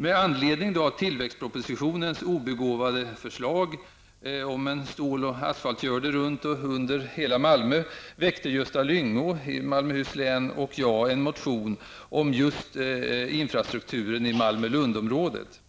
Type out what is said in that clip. Med anledning av tillväxtpropositionens obegåvade förslag om en stål och asfaltsgördel runt och under hela Malmö, väckte Gösta Lyngå och jag en motion om just infrastrukturen i Malmö-- Lundområdet.